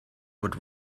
would